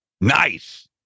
Nice